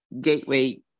Gateway